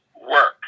work